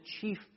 chief